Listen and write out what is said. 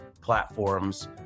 platforms